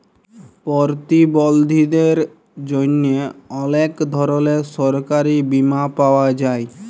পরতিবলধীদের জ্যনহে অলেক ধরলের সরকারি বীমা পাওয়া যায়